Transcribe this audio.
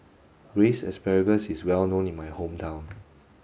braised asparagus is well known in my hometown